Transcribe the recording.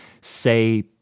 say